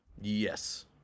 Yes